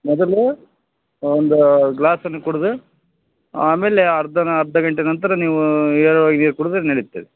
ಮೊದಲು ಒಂದು ಗ್ಲಾಸನ್ನು ಕುಡಿದು ಆಮೇಲೆ ಅರ್ಧಾನ ಅರ್ಧ ಗಂಟೆ ನಂತರ ನೀವು ನೇರವಾಗಿ ನೀರು ಕುಡಿದರೆ ನೆಡಿತ್ತೆ